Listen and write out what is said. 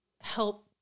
help